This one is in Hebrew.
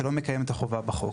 שלא נקיים את החובה בחוק.